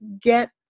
get